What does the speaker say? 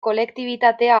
kolektibitatea